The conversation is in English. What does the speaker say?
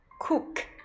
cook